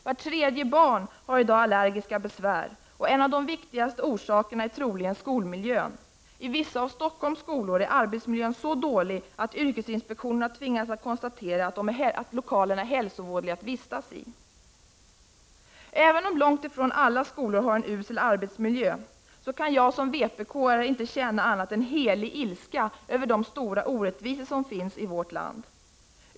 Vart tredje barn har i dag allergiska besvär, och en av de viktigaste orsakerna är troligen skolmiljön. I vissa av Stockholms skolor är arbetsmiljön så dålig att yrkesinspektionen har tvingats att konstatera att lokalerna är hälsovådliga att vistas i. Även om det är långt ifrån alla skolor som har en usel arbetsmiljö, kan jag som vpk-are inte känna annat än helig ilska över de stora orättvisor som finns i vårt land.